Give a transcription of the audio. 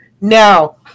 Now